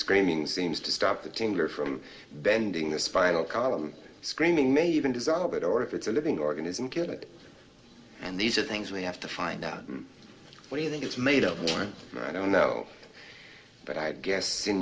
screaming seems to stop the team here from bending the spinal column screaming may even dissolve it or if it's a living organism get it and these are things we have to find out what do you think it's made of i don't know but i guess